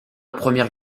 première